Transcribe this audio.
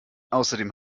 außerdem